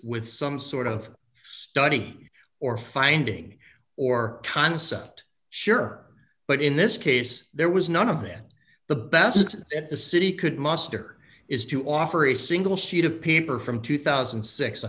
with some sort of study or finding or concept sure but in this case there was none of them the best at the city could muster is to offer a single sheet of paper from two thousand